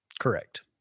Correct